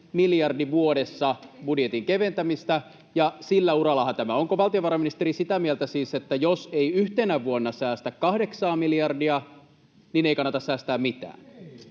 miljardi vuodessa budjetin keventämistä, ja sillä urallahan tämä on. Onko valtiovarainministeri sitä mieltä siis, että jos ei yhtenä vuonna säästä kahdeksaa miljardia, ei kannata säästää mitään?